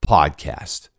Podcast